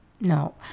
No